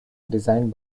designed